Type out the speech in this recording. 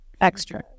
extra